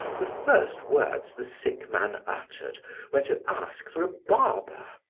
the first words the sick man uttered were to ask for a barber,